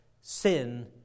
Sin